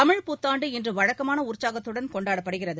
தமிழ் புத்தாண்டு இன்று வழக்கமான உற்சாகத்துடன் கொண்டாடப்படுகிறது